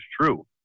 true